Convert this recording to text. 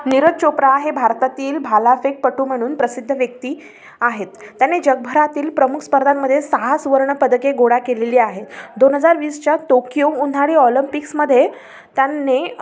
निरज चोप्रा हे भारतातील भालाफेकपटू म्हणून प्रसिद्ध व्यक्ती आहेत त्यांने जगभरातील प्रमुख स्पर्धांमध्ये सहा सुवर्णपदके गोळा केलेली आहेत दोन हजार वीसच्या टोकियो उन्हाळी ऑलंम्पिक्समध्ये त्यांनी